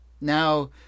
Now